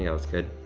anyhow, it's good,